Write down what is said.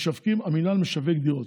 המינהל משווק דירות.